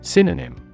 Synonym